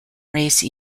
race